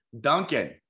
duncan